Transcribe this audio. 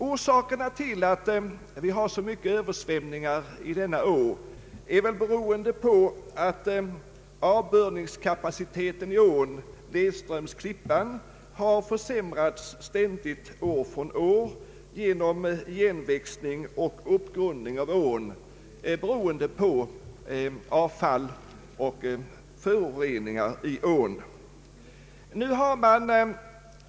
Orsakerna till de många översvämningarna i Rönneån är väl att avbördningskapaciteten i ån nedströms Klippan har försämrats år från år genom igenväxning och uppgrundning av ån. Detta i sin tur har berott på avfall och föroreningar i ån.